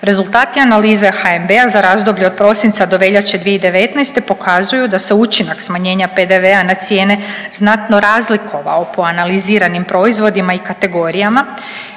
Rezultati analize HNB-a za razdoblje od prosinca do veljače 2019. pokazuju da se učinak smanjenja PDV-a na cijene znatno razlikovao po analiziranim proizvodima i kategorijama.